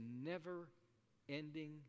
never-ending